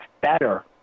better